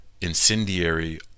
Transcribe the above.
incendiary